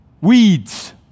Weeds